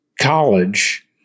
college